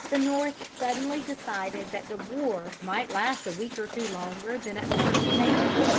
the north suddenly decided that the war might last a week or two longer than at first stated,